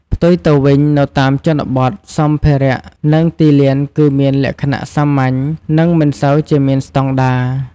ផ្ទុយទៅវិញនៅតាមជនបទ សម្ភារៈ និងទីលានគឺមានលក្ខណៈ សាមញ្ញ និងមិនសូវជាមានស្តង់ដារ។